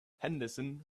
henderson